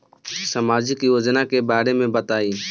सामाजिक योजना के बारे में बताईं?